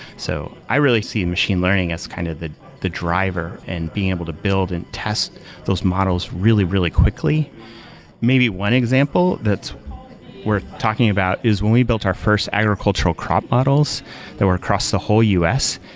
so i really see a and machine learning as kind of the the driver and being able to build and test those models really, really quickly maybe one example that we're talking about is when we built our first agricultural crop models that were across the whole us,